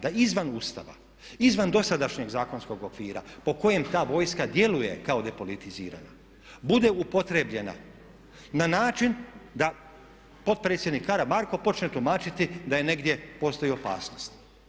Da izvan Ustava, izvan dosadašnjeg zakonskog okvira po kojem ta vojska djeluje kao depolitizirana bude upotrijebljena na način da potpredsjednik Karamarko počne tumačiti da negdje postoji opasnost.